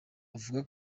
avuga